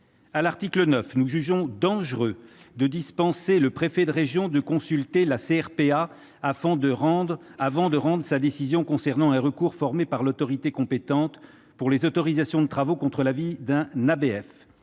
À l'article 9, nous jugeons dangereux de dispenser le préfet de région de consulter la CRPA avant de rendre sa décision concernant un recours formé par l'autorité compétente pour les autorisations de travaux contre l'avis d'un